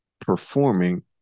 performing